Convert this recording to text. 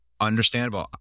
Understandable